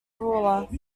ruler